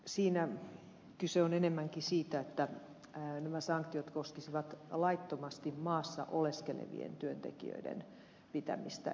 siinä kyse on enemmänkin siitä että nämä sanktiot koskisivat laittomasti maassa oleskelevien työntekijöiden pitämistä